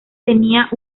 tenía